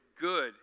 good